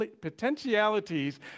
potentialities